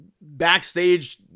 Backstage